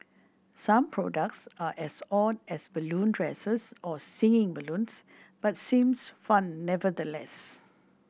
some products are as odd as balloon dresses or singing balloons but seems fun nevertheless